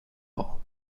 hall